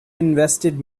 invested